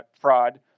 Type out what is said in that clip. fraud